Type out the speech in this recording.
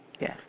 Yes